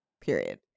Period